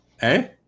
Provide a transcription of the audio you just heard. hey